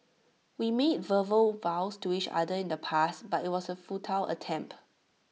we made verbal vows to each other in the past but IT was A futile attempt